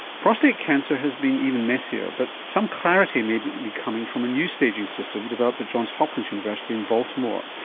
prostate cancer has been even messier but some clarity may be be coming from a new staging system developed at johns hopkins university in baltimore.